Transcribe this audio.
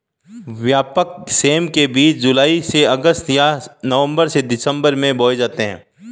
व्यापक सेम के बीज जुलाई से अगस्त या नवंबर से दिसंबर में बोए जाते हैं